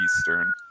Eastern